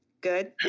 Good